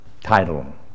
title